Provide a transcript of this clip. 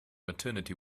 maternity